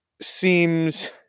seems